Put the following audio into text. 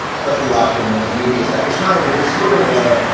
especially watching the the movie a second time, is it's sort of a,